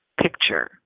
picture